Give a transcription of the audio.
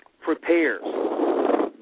prepares